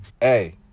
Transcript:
Hey